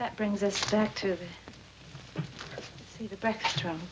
that brings us back to